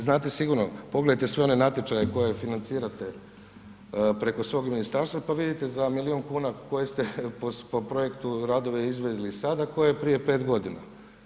Znate sigurno, pogledajte sve one natječaje koje financirate preko svog ministarstva pa vidite za milijun kuna koje ste po projektu radove izvodili sada koje prije 5 godina.